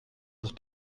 pour